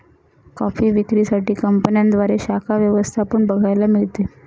coffee विक्री साठी कंपन्यांद्वारे शाखा व्यवस्था पण बघायला मिळते